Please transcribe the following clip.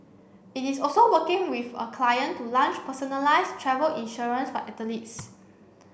it is also working with a client to lunch personalised travel insurance for athletes